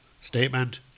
Statement